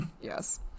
yes